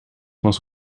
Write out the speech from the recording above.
was